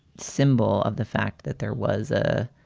symbol of the fact that there was a.